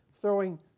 throwing